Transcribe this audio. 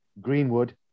Greenwood